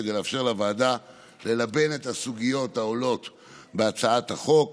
כדי לאפשר לוועדה ללבן את הסוגיות העולות בהצעת החוק